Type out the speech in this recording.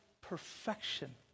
perfection